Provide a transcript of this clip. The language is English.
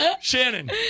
Shannon